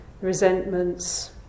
resentments